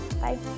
Bye